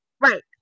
right